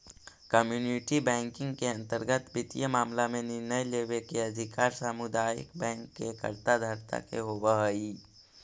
community banking के अंतर्गत वित्तीय मामला में निर्णय लेवे के अधिकार सामुदायिक बैंक के कर्ता धर्ता के होवऽ हइ